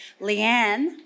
Leanne